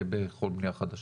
בכל בנייה חדשה?